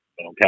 Okay